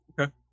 Okay